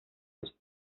los